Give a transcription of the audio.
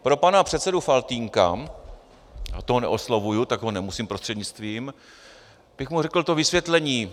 Pro pana předsedu Faltýnka a toho neoslovuji, tak nemusím prostřednictvím, tak bych mu řekl to vysvětlení.